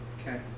Okay